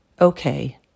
okay